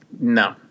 no